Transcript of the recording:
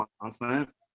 announcement